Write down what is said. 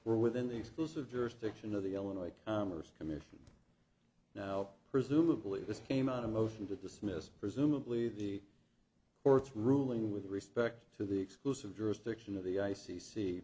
were within the exclusive jurisdiction of the illinois commerce commission now presumably this came out a motion to dismiss presumably the or its ruling with respect to the exclusive jurisdiction of the i c c